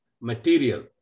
material